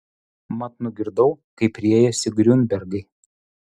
mat nugirdau kaip riejasi griunbergai